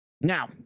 Now –